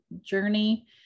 journey